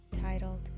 titled